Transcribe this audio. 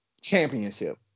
championship